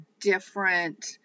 different